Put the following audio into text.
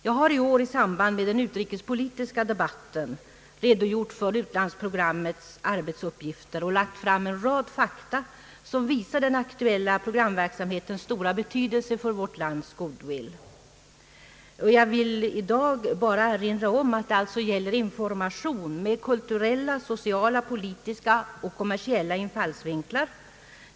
Jag har i år i samband med den utrikespolitiska debatten redogjort för utlandsprogrammets arbetsuppgifter och lagt fram en rad fakta som visar den aktuella programverksamhetens stora betydelse för vårt lands goodwill. Jag vill i dag bara erinra om att det gäller information med kulturella, sociala, politiska och kommersiella infallsvinklar.